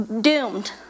doomed